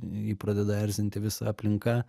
jį pradeda erzinti visa aplinka